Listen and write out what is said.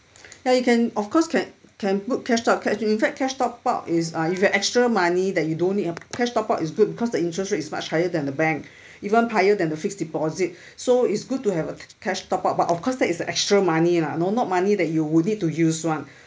ya you can of course can can put cash top-up cash in fact cash top-up is uh if you've extra money that you don't need uh cash top-up is good because the interest rate is much higher than the bank even higher than the fixed deposit so it's good to have a ca~ cash top-up but of course that is the extra money lah know not money that you would need to use [one]